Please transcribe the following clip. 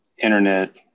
internet